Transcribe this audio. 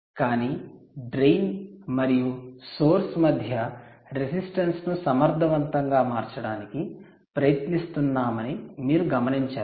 కానీ డ్రైన్ మరియు సోర్స్ మధ్య రెసిస్టెన్స్ ను సమర్థవంతంగా మార్చడానికి ప్రయత్నిస్తున్నామని మీరు గమనించాలి